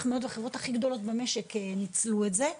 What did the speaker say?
מאוד לחברות הכי גדולות במשק שניצלו את זה.